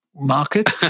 market